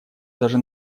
даже